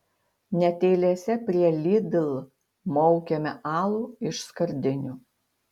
net eilėse prie lidl maukiame alų iš skardinių